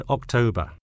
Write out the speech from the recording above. October